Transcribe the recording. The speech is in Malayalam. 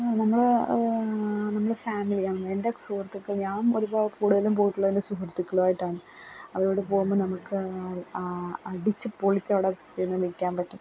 ആ നമ്മള് നമ്മള് ഫാമിലി എൻ്റെ സുഹൃത്തുക്കൾ ഞാൻ കൂടുതലും പോയിട്ടുള്ളത് എൻ്റെ സുഹൃത്തുക്കളായിട്ടാണ് അവരൂടെ പോകുമ്പോള് നമുക്ക് ആ അടിച്ച് പൊളിച്ചവടെ ചെന്ന് നില്ക്കാന് പറ്റും